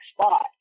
spot